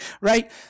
right